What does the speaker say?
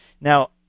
Now